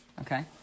Okay